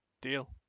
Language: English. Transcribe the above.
Deal